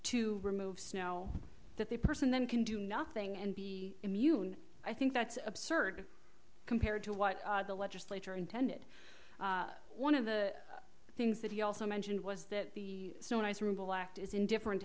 to remove snow that the person then can do nothing and be immune i think that's absurd compared to what the legislature intended one of the things that he also mentioned was that the